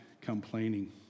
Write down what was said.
complaining